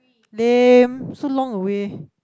lame so long away